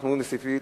אנחנו כן צריכים